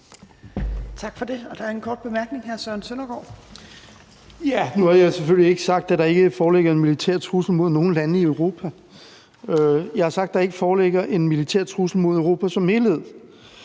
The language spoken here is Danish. Tak for det. Der er en kort bemærkning fra hr. Søren Søndergaard. Kl. 13:37 Søren Søndergaard (EL): Nu har jeg selvfølgelig ikke sagt, at der ikke foreligger en militær trussel mod nogen lande i Europa. Jeg har sagt, at der ikke foreligger en militær trussel mod Europa som helhed.